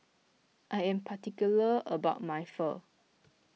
I am particular about my phone